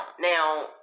Now